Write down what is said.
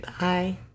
Bye